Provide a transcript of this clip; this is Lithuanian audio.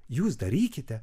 jūs darykite